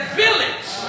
village